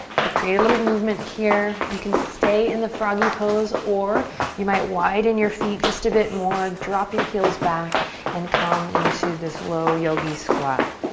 so create a little movement here. you can stay in the froggy pose or you might widen your feet just a bit more, drop your heels back and come into this low yogi squat.